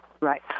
Right